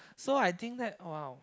so I think that !wow!